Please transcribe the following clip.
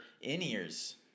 in-ears